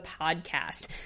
podcast